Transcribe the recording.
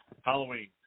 Halloween